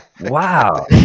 Wow